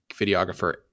videographer